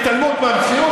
פשוט תרד,